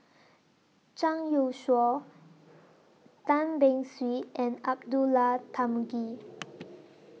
Zhang Youshuo Tan Beng Swee and Abdullah Tarmugi